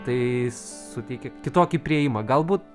tai suteikia kitokį priėjimą galbūt